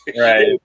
Right